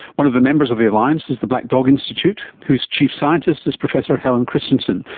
one of the members of the alliance is the black dog institute, whose chief scientist is professor helen christensen.